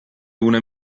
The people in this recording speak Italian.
una